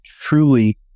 truly